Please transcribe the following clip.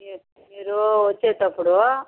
మీరు మీరు వచ్చేటప్పుడు